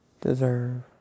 deserve